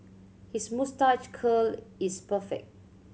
his moustache curl is perfect